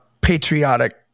patriotic